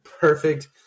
perfect